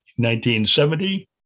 1970